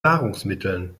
nahrungsmitteln